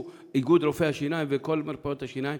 איגוד רופאי השיניים וכל מרפאות השיניים.